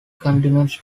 continues